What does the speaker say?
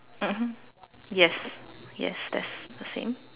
mmhmm yes yes that's the same